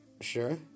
Sure